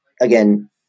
again